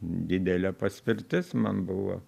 didelė paspirtis man buvo